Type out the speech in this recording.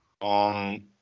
on